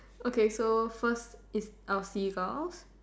okay so first is our seagulls